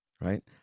right